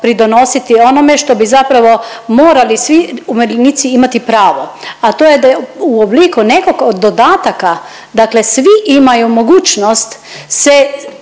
pridonositi onome što bi zapravo morali svi umirovljenici imati pravo, a to je da u obliku nekog od dodataka dakle svi imaju mogućnost se